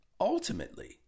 Ultimately